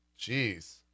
Jeez